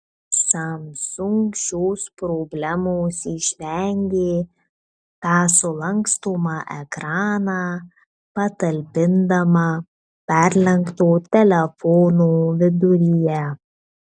samsung šios problemos išvengė tą sulankstomą ekraną patalpindama perlenkto telefono viduryje